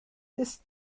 ist